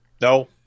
No